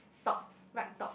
top right top